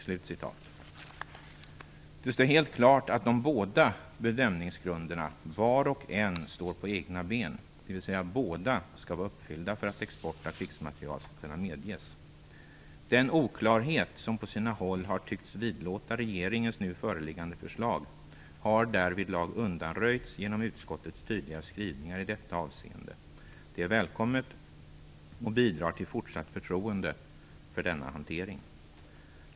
Det står helt klart att var och en av de båda bedömningsgrunderna står på egna ben, dvs.: Båda skall vara uppfyllda för att export av krigsmateriel skall kunna medges. Den oklarhet som på sina håll har tyckts vidlåta regeringens nu föreliggande förslag har undanröjts genom utskottets tydliga skrivningar i detta avseende. Det är välkommet och bidrar till fortsatt förtroende för denna hantering.